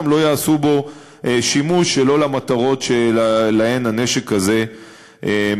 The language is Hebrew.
לא יעשו בו שימוש שלא למטרות שלהן הנשק הזה מיועד.